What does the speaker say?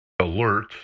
alert